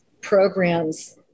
programs